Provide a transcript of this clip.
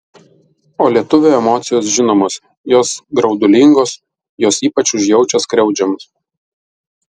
o lietuvio emocijos žinomos jos graudulingos jos ypač užjaučia skriaudžiamus